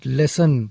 lesson